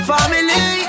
Family